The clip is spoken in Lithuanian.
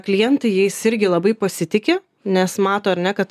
klientai jais irgi labai pasitiki nes mato ar ne kad